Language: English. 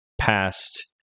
past